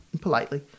politely